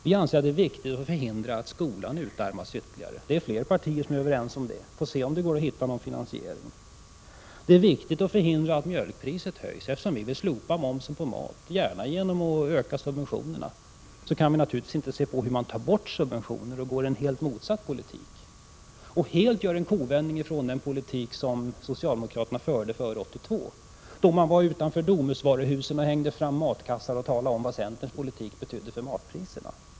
Vi anser det viktigt att förhindra att skolan utarmas ytterligare. Fler partier är överens med oss om det. Vi får se om det går att hitta ett sätt att finansiera en bättre skola. Det är också viktigt att förhindra att mjölkpriset höjs. Eftersom vi vill slopa momsen på mat, gärna genom att höja subventionerna, kan vi naturligtvis inte acceptera att subventioner tas bort och att det förs en politik som står i motsats till vår. Det handlar om en kovändning i förhållande till den politik som socialdemokraterna förde före 1982, då de hängde ut matkassar utanför Domusvaruhusen och talade om vad centerns politik betydde för matpriserna.